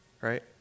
right